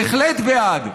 בהחלט בעד,